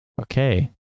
okay